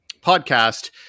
podcast